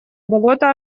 болото